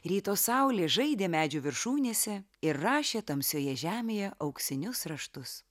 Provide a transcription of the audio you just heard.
ryto saulė žaidė medžių viršūnėse ir rašė tamsioje žemėje auksinius raštus